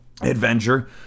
adventure